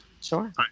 Sure